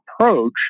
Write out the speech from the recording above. approach